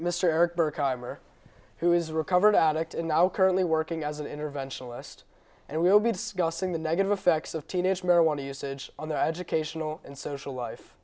mr eric burke ivor who is a recovered addict and now currently working as an interventionist and will be discussing the negative effects of teenage marijuana usage on the educational and social life